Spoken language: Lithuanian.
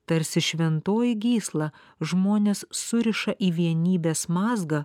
tarsi šventoji gysla žmones suriša į vienybės mazgą